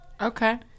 Okay